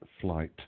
flight